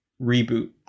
reboot